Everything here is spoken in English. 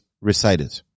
recited